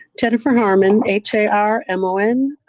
jennifer harmon, h a r m o n.